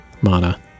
mana